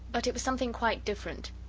but it was something quite different.